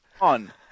on